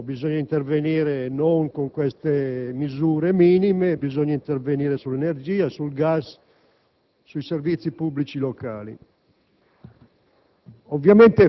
Ad esempio, bisogna intervenire non con queste misure minime, ma sull'energia, sul gas, sui servizi pubblici locali.